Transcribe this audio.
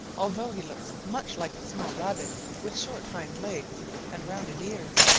although he looks much like a small rabbit with short hind legs and rounded ears.